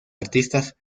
artistas